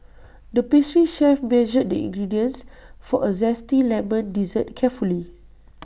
the pastry chef measured the ingredients for A Zesty Lemon Dessert carefully